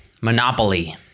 monopoly